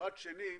פרט שני,